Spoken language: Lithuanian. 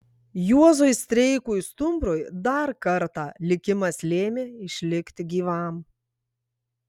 juozui streikui stumbrui dar kartą likimas lėmė išlikti gyvam